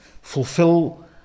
Fulfill